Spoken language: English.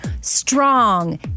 strong